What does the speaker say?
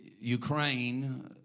Ukraine